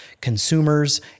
consumers